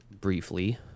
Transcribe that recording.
briefly